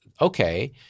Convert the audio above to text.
okay